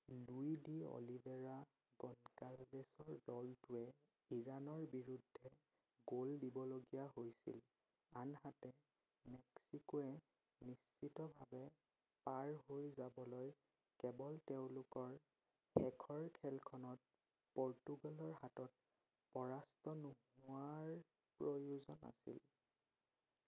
Louis de Oliveira গনকাল্ভছৰ দলটোৱে ইৰাণৰ বিৰুদ্ধে গ'ল দিবলগীয়া হৈছিল আনহাতে মেক্সিকোৱে নিশ্চিতভাৱে পাৰ হৈ যাবলৈ কেৱল তেওঁলোকৰ শেষৰ খেলখনত পৰ্তুগালৰ হাতত পৰাস্ত নোহোৱাৰ প্ৰয়োজন আছিল